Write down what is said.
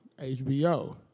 HBO